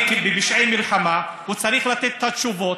כי על פשעי מלחמה הוא צריך לתת את התשובות.